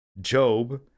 Job